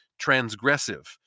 Transgressive